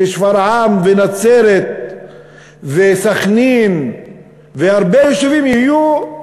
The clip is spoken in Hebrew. ששפרעם ונצרת וסח'נין והרבה יישובים יהיו,